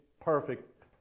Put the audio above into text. perfect